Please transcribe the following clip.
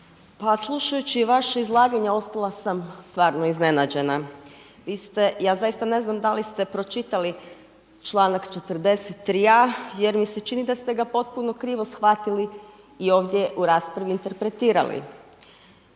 slušajući vaše izlaganje ostala sam stvarno iznenađena. Ja zaista ne znam da li ste pročitali članak 43.a jer mi se čini da ste ga potpuno krivo shvatili i ovdje u raspravi interpretirali.